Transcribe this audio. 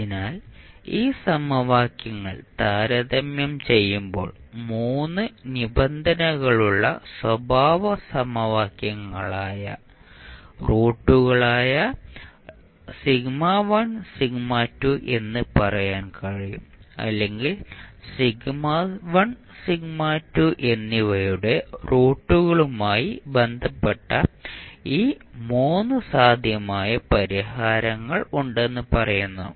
അതിനാൽ ഈ സമവാക്യങ്ങൾ താരതമ്യം ചെയ്യുമ്പോൾ 3 നിബന്ധനകളുള്ള സ്വഭാവ സമവാക്യങ്ങളുടെ റൂട്ടുകളായ എന്ന് പറയാൻ കഴിയും അല്ലെങ്കിൽ എന്നിവയുടെ റൂട്ടുകളുമായി ബന്ധപ്പെട്ട 3 സാധ്യമായ പരിഹാരങ്ങൾ ഉണ്ടെന്ന് പറയുന്നു